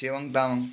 Chhewang Tamang